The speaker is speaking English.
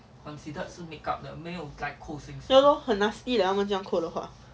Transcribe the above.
ya lor 很 nasty 的他们这样扣的话